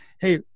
hey